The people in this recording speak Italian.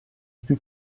più